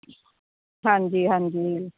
ਹਾਂਜੀ ਹਾਂਜੀ